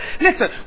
listen